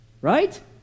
Right